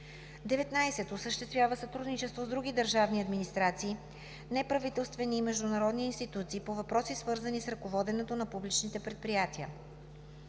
19. осъществява сътрудничество с други държавни администрации, неправителствени и международни институции по въпроси, свързани с ръководенето на публичните предприятия;